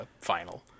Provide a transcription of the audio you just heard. final